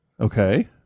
Okay